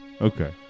Okay